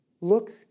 look